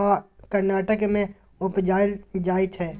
आ कर्नाटक मे उपजाएल जाइ छै